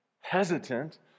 hesitant